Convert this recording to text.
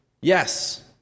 yes